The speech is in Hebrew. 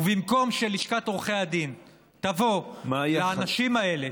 ובמקום שלשכת עורכי הדין תבוא לאנשים האלה,